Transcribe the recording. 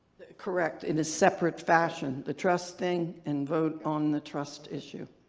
correct. in a separate fashion. the trust thing and vote on the trust issue.